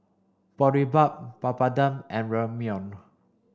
Boribap Papadum and Ramyeon